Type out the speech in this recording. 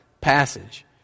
passage